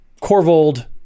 Corvold